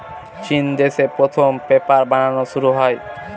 চিন দেশে প্রথম পেপার বানানো শুরু হয়